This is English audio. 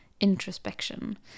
introspection